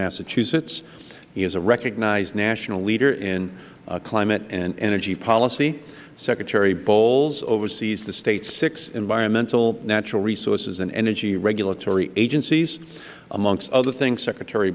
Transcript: massachusetts he is a recognized national leader in climate and energy policy secretary bowles oversees the state's six environmental natural resources and energy regulatory agencies among other things secretary